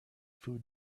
food